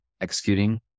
executing